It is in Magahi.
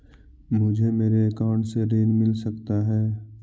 मुझे मेरे अकाउंट से ऋण मिल सकता है?